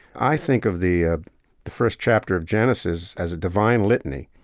i think of the ah the first chapter of genesis as a divine litany.